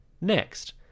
Next